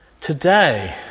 Today